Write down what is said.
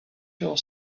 your